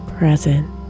Present